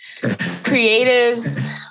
creatives